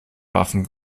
waffen